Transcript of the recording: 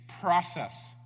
process